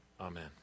Amen